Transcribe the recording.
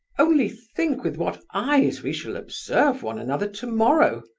only think with what eyes we shall observe one another tomorrow,